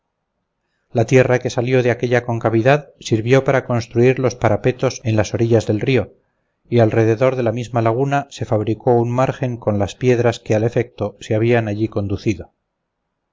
la tierra que salió de aquella concavidad sirvió para construir los parapetos en las orillas del río y alrededor de la misma laguna se fabricó un margen con las piedras que al efecto se habían allí conducido